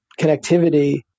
connectivity